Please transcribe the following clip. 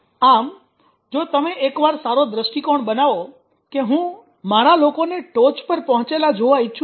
આમ જો તમે એકવાર સારો દ્રષ્ટિકોણ બનાવો કે હું મારા લોકો ને ટોચ પર પહોંચેલા જોવા ઇચ્છું છું